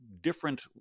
different